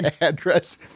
address